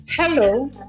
Hello